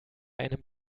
einem